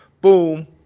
boom